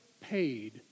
paid